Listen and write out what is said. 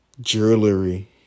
jewelry